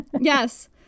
Yes